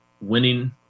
winning